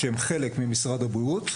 שהם חלק ממשרד הבריאות,